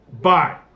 bye